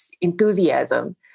enthusiasm